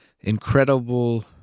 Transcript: incredible